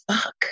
fuck